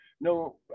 No